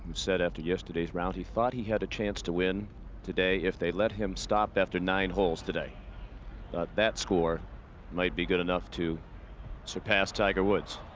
said after yesterday's round, he thought he had a chance to win today. if they'd let him stop after nine holes today. but that score might be good enough to surpass tiger woods.